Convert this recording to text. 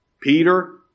Peter